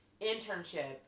internship